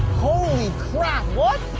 holy crap! what?